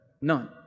none